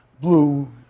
blue